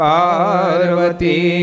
Parvati